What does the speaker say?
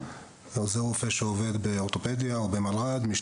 עוזרי רופא שעובדים באורתופדיה או במלר"ד.